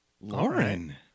Lauren